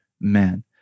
men